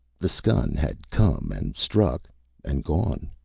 the skun had come and struck and gone.